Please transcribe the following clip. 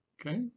Okay